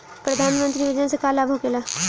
प्रधानमंत्री योजना से का लाभ होखेला?